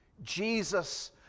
Jesus